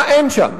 מה אין שם?